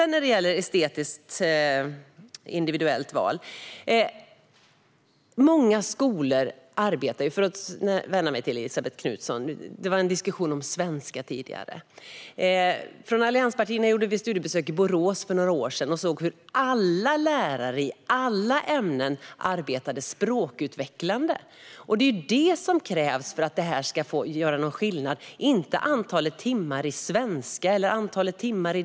När det gäller ett estetiskt individuellt val vill jag vända mig till Elisabet Knutsson. Det var en diskussion om svenska tidigare. Från allianspartierna gjorde vi studiebesök i Borås för några år sedan och såg hur alla lärare i alla ämnen arbetade språkutvecklande. Det är det som krävs för att detta ska göra någon skillnad - inte antalet timmar i svenska eller i något annat ämne.